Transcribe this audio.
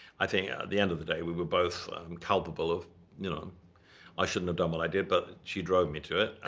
i think at the end of the day, we were both culpable of you know um i shouldn't have done what i did, but she drove me to it.